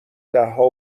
دهها